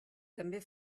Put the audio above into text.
també